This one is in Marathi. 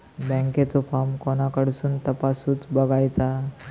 बँकेचो फार्म कोणाकडसून तपासूच बगायचा?